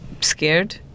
scared